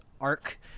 arc